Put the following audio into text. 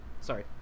sorry